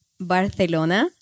Barcelona